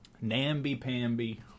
namby-pamby